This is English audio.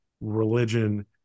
religion